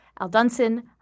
Aldunson